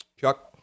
Chuck